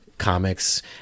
comics